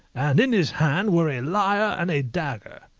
and in his hand were a lyre and a dagger.